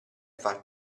far